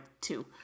two